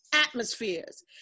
atmospheres